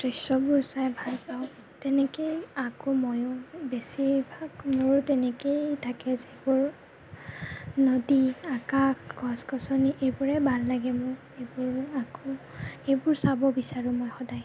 দৃশ্যবোৰ চাই ভাল পাওঁ তেনেকেই আঁকো ময়ো বেছি ভাগ মোৰো তেনেকেই থাকে যিবোৰ নদী আকাশ গছ গছনি এইবোৰে ভাল লাগে মোৰ এইবোৰ আঁকো এইবোৰ চাব বিচাৰোঁ মই সদায়